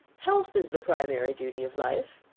health is the primary duty of life.